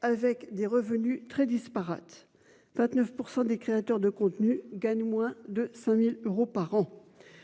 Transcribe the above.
avec des revenus très disparates. 29% des créateurs de contenus gagnent moins de 5000 euros par an.